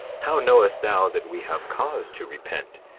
how knowest thou that we have cause to repent?